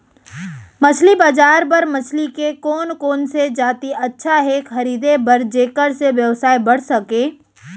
मछली बजार बर मछली के कोन कोन से जाति अच्छा हे खरीदे बर जेकर से व्यवसाय बढ़ सके?